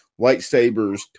lightsabers